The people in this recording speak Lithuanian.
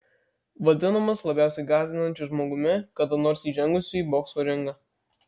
vadinamas labiausiai gąsdinančiu žmogumi kada nors įžengusiu į bokso ringą